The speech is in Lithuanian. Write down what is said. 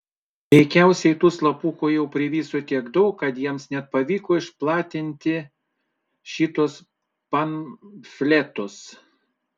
veikiausiai tų slapukų jau priviso tiek daug kad jiems net pavyko išplatinti šituos pamfletus